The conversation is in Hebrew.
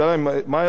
מה היה שמו?